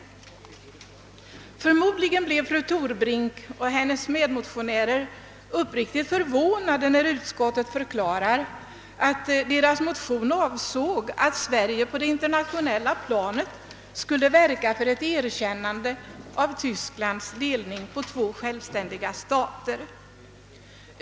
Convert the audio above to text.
Förmodligen blev fru Torbrink och hennes medmotionärer uppriktigt förvånade när utskottet förklarade att motionen avsåg, att Sverige på det internationella planet skulle verka för ett erkännande av Tysklands delning i två självständiga stater.